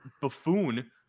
buffoon